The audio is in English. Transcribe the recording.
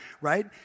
right